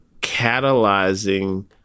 catalyzing